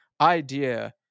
idea